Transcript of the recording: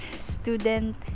student